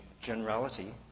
generality